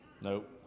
Nope